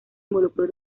involucró